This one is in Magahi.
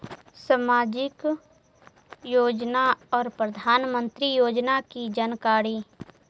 समाजिक योजना और प्रधानमंत्री योजना की जानकारी?